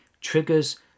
triggers